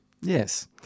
Yes